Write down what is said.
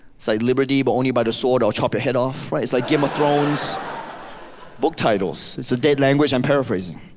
so liberty, but only by the sword or i'll chop your head off. right? it's like game of ah thrones book titles. it's a dead language. i'm paraphrasing.